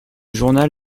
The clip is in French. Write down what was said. journal